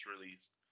released